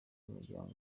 umumaro